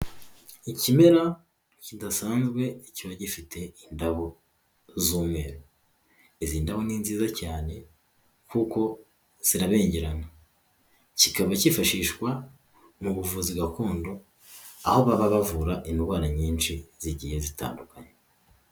Ikimera kidasanzwe kiba gifite indabo z’umweru, izi ndabo ni nziza cyane. Kuko zirabengerana kikaba cyifashishwa mu buvuzi gakondo, aho baba bavura indwara nyinshi zagiye zitandukanye.